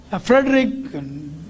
Frederick